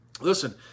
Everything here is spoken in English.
Listen